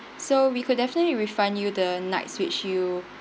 so we could definitely refund you the nights which you